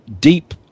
deep